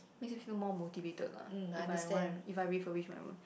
makes me feel more motivated lah if I want if I refurnish my room